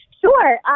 Sure